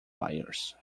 byers